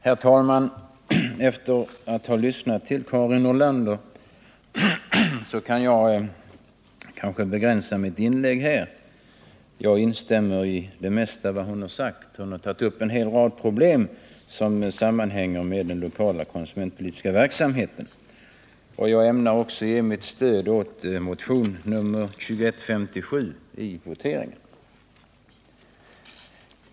Herr talman! Efter att ha lyssnat till Karin Nordlander kan jag kanske begränsa mitt inlägg här. Jag instämmer i det allra mesta av vad hon har sagt. Hon har tagit upp en hel rad problem som sammanhänger med den lokala konsumentpolitiska verksamheten. Jag ämnar också ge mitt stöd åt motionen 2157 vid voteringen.